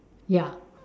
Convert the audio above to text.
ya